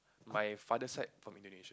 my father side from Indonesia